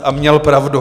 A měl pravdu.